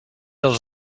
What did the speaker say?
els